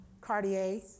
Cartier